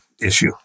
issue